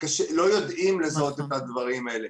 לא יודעים לזהות את הדברים האלה.